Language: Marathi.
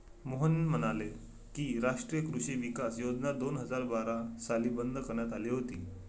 मोहन म्हणाले की, राष्ट्रीय कृषी विकास योजना दोन हजार बारा साली बंद करण्यात आली होती